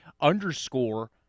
underscore